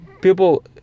people